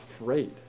afraid